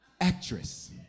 actress